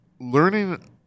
learning